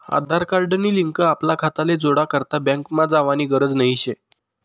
आधार card नी link आपला खाताले जोडा करता बँकमा जावानी गरज नही शे